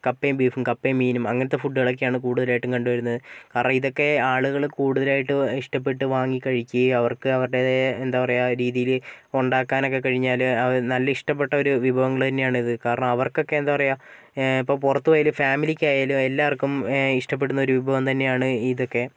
കപ്പയും ബീഫും കപ്പയും മീനും അങ്ങനത്തെ ഫുഡുകളൊക്കെയാണ് കൂടുതലായിട്ടും കണ്ടു വരുന്നത് കാരണം ഇതൊക്കെ ആളുകൾ കൂടുതലായിട്ടും ഇഷ്ടപെട്ട് വാങ്ങി കഴിക്കുകയും അവർക്ക് അവരുടെ എന്താ പറയുക രീതിയിൽ ഉണ്ടാക്കാൻ ഒക്കെ കഴിഞ്ഞാൽ നല്ല ഇഷ്ടപെട്ടൊരു വിഭവങ്ങൾ തന്നെയാണ് ഇത് കാരണം അവർക്ക് ഒക്കെ എന്താ പറയുക ഇപ്പോൾ പുറത്ത് പോയാലും ഫാമിലിക്കായാലും എല്ലാവർക്കും ഇഷ്ടപെടുന്നൊരു വിഭവം തന്നെയാണിതൊക്കെ